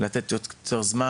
לתת יותר זמן,